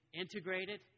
integrated